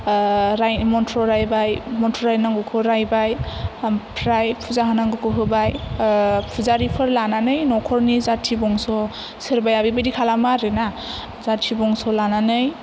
मन्थ्र' रायबाय मन्थ्र' रायनांगौखौ रायबाय ओमफ्राय फुजा होनांगौखौ होबाय फुजारिफोर लानानै न'खरनि जाथि बंस' सोरबाया बेबादि खालामो आरो ना जाथि बंस' लानानै